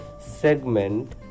segment